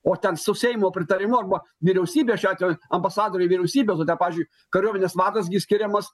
o ten su seimo pritarimu arba vyriausybės šiuo atveju ambasadoriai vyriausybė nu ten pavyzdžiui kariuomenės vadas gi skiriamas